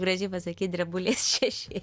gražiai pasakei drebulės šešė